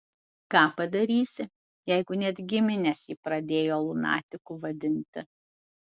ką padarysi jeigu net giminės jį pradėjo lunatiku vadinti